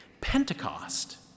Pentecost